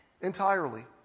entirely